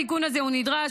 התיקון הזה הוא נדרש,